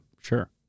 sure